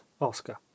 oscar